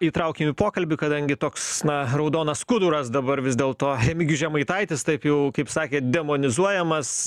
įtraukim į pokalbį kadangi toks na raudonas skuduras dabar vis dėl to remigijus žemaitaitis taip jau kaip sakė demonizuojamas